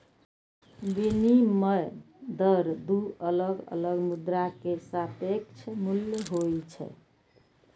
विनिमय दर दू अलग अलग मुद्रा के सापेक्ष मूल्य होइ छै